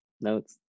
notes